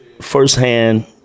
firsthand –